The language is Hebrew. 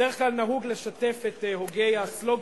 בדרך כלל נהוג לשתף את הוגי הסלוגן,